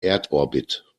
erdorbit